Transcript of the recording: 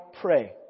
pray